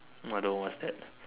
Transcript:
I don't know what's that